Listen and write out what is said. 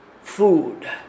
food